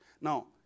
Now